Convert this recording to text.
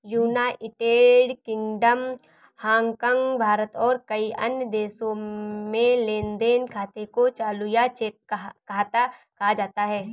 United Kingdom, Hong Kong, Bharat और कई अन्य देशों में लेन देन खाते को चालू या चेक खाता कहा जाता है